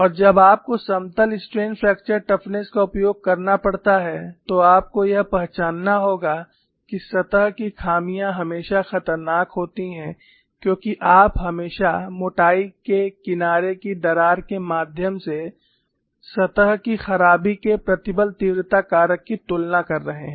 और जब आपको समतल स्ट्रेन फ्रैक्चर टफनेस का उपयोग करना पड़ता है तो आपको यह पहचानना होगा कि सतह की खामियां हमेशा खतरनाक होती हैं क्योंकि आप हमेशा मोटाई के किनारे की दरार के माध्यम से सतह की खराबी के प्रतिबल तीव्रता कारक की तुलना कर रहे हैं